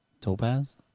Topaz